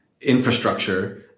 infrastructure